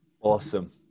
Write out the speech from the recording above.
awesome